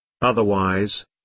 Otherwise